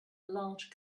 large